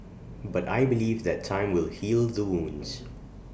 but I believe that time will heal the wounds